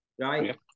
right